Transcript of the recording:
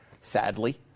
sadly